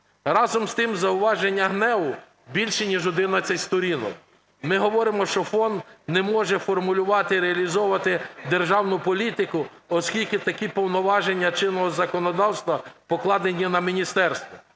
Разом з тим зауважень ГНЕУ більше ніж 11 сторінок. Ми говоримо, що фонд не може формулювати і реалізовувати державну політику, оскільки такі повноваження чинного законодавства покладені на міністерство.